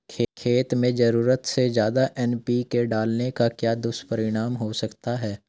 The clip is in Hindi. खेत में ज़रूरत से ज्यादा एन.पी.के डालने का क्या दुष्परिणाम हो सकता है?